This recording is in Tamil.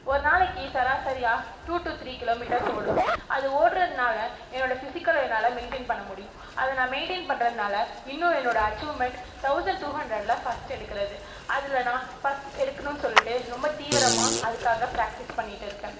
ஒரு நாளைக்கு சராசரியாக டூ டு த்ரீ கிலோமீட்டர்ஸ் ஓடுவேன் அது ஓடுறதுனால என்னோடய ஃபிசிகல் என்னால் மெயின்டெய்ன் பண்ண முடியும் அது நான் மெயின்டெய்ன் பண்றதுனால் இன்னும் என்னோடய அச்சுவ்மென்ட் தௌசண்ட் டூ ஹண்ட்ரடில் ஃபர்ஸ்ட் எடுக்கிறது அதில் நான் ஃபர்ஸ்ட் எடுக்கணும்னு சொல்லிட்டு ரொம்ப தீவிரமாக அதுக்காக பிராக்டிஸ் பண்ணிட்டு இருக்கேன்